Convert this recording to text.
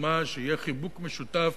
יוזמה שיהיה חיבוק משותף